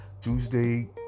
Tuesday